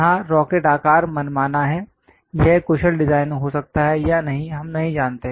यहां रॉकेट आकार मनमाना है यह कुशल डिजाइन हो सकता है या नहीं हम नहीं जानते